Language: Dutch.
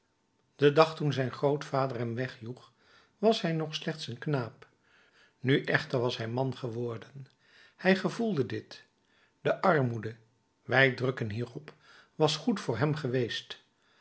den dag toen zijn grootvader hem wegjoeg was hij nog slechts een knaap nu echter was hij man geworden hij gevoelde dit de armoede wij drukken hierop was goed voor hem geweest